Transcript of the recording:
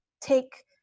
take